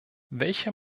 welche